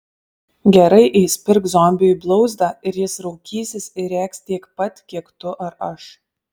gerai įspirk zombiui į blauzdą ir jis raukysis ir rėks tiek pat kiek tu ar aš